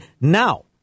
now